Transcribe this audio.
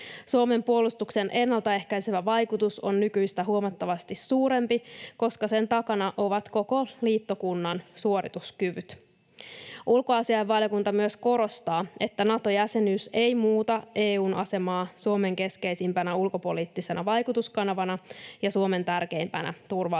Suomen puolustuksen ennaltaehkäisevä vaikutus on nykyistä huomattavasti suurempi, koska sen takana ovat koko liittokunnan suorituskyvyt. Ulkoasiainvaliokunta myös korostaa, että Nato-jäsenyys ei muuta EU:n asemaa Suomen keskeisimpänä ulkopoliittisena vaikutuskanavana ja Suomen tärkeimpänä turvallisuusyhteisönä.